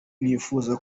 nifuza